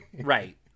Right